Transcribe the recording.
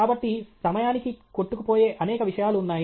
కాబట్టి సమయానికి కొట్టుకుపోయే అనేక విషయాలు ఉన్నాయి